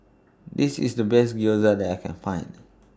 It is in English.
This IS The Best Gyoza that I Can Find